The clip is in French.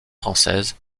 française